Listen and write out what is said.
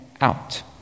out